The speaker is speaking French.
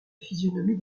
physionomie